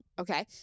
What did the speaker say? okay